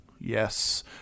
Yes